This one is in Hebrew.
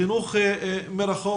חינוך מרחוק,